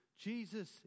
Jesus